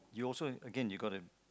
you also again you gotta